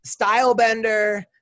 Stylebender